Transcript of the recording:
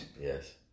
Yes